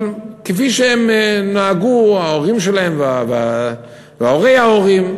אבל כפי שהם נהגו, ההורים שלהם והורי ההורים,